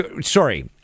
Sorry